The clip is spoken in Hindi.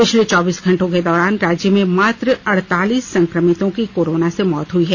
पिछले चौबीस घंटों के दौरान राज्य में मात्र अड़तालीस संक्रमितों की कोरोना से मौत हुई है